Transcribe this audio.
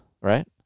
right